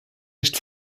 nicht